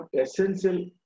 essential